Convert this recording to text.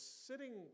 sitting